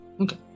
Okay